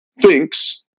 thinks